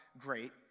great